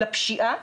לפשיעה,